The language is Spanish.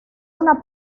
una